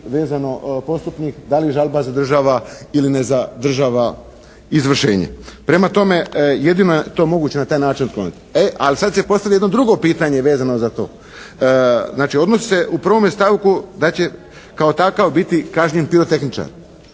vezano, postupnih da li žalba zadržava ili ne zadržava izvršenje? Prema tome, jedino je to moguće na taj način otkloniti. E, ali sada se postavlja jedno drugo pitanje vezano za to. Znači, odnosi se u prvome stavku da će kao takav biti kažnjen pirotehničar.